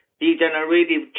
degenerative